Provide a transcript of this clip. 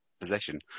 possession